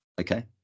Okay